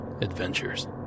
adventures